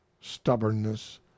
stubbornness